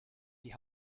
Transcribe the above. die